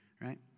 right